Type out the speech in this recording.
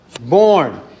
Born